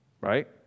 Right